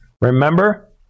Remember